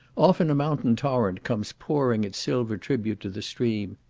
often a mountain torrent comes pouring its silver tribute to the stream,